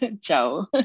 Ciao